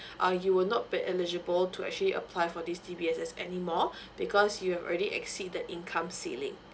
uh you will not be eligible to actually apply for this D_B_S_S anymore because you already exceed the income ceiling